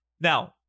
Now